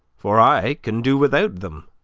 for i can do without them.